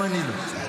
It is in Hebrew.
גם אני לא.